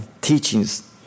teachings